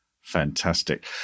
Fantastic